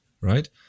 right